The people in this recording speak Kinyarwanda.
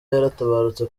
yaratabarutse